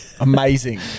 Amazing